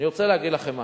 אני רוצה להגיד לכם משהו: